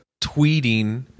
tweeting